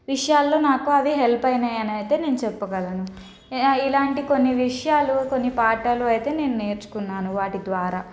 విషయాల్లో నాకు అవి హెల్ప్ అయినయి అనయితే నేను చెప్పగలను ఏ ఇలాంటి కొన్ని విషయాలు కొన్ని పాఠాలు అయితే నేను నేర్చుకున్నాను వాటి ద్వారా